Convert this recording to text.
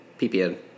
ppn